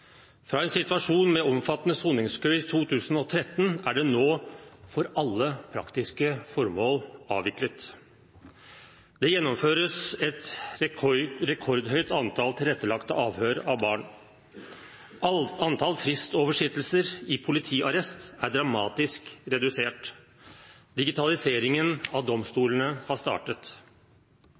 Fra en situasjon med omfattende soningskø i 2013 er køen nå for alle praktiske formål avviklet. Det gjennomføres et rekordhøyt antall tilrettelagte avhør av barn. Antall fristoversittelser i politiarrest er dramatisk redusert. Digitaliseringen av domstolene har startet.